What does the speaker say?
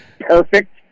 perfect